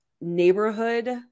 neighborhood